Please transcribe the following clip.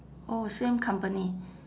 oh same company